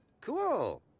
Cool